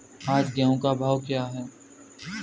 आज गेहूँ का भाव क्या है?